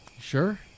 Sure